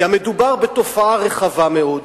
כי מדובר בתופעה רחבה מאוד.